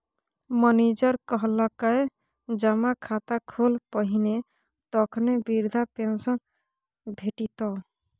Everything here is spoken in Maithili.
मनिजर कहलकै जमा खाता खोल पहिने तखने बिरधा पेंशन भेटितौ